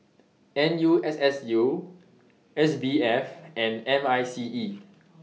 N U S S U S B F and M I C E